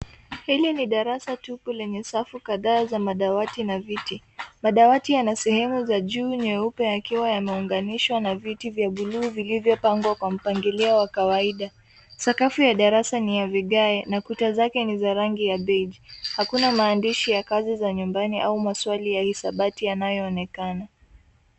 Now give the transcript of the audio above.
Hili ni darasa tupu lenye safu kadhaa za madawati na viti. Madawati yana sehemu ya juu nyeupe yakiwa yameunganishwa na viti vya bluu vilivyopangwa kwa mpangilio wa kawaida. Sakafu ya darasa ni ya vigae na kuta zake ni ya rangi ya benji. Hakuna maandishi ya kazi za nyumbani au maswali ya hisabati yanayoonekana.